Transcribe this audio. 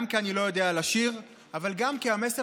גם כי אני לא יודע לשיר אבל גם כי המסר